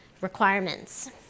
requirements